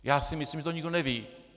Já si myslím, že to nikdo neví.